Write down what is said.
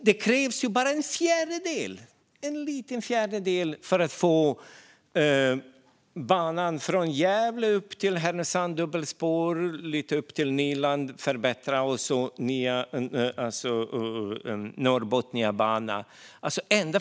Det krävs bara en fjärdedel av detta för att få dubbelspår från Gävle upp till Härnösand och förbättra upp till Nyland, och för den nya Norrbotniabanan.